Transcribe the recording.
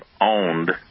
owned